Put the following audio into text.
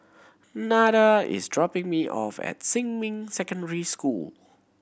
Nada is dropping me off at Xinmin Secondary School